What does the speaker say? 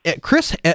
Chris